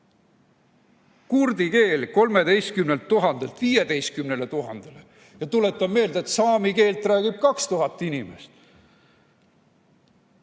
Kurdi keel: 13 000‑lt 15 000‑le. Ja tuletan meelde, et saami keelt räägib 2000 inimest.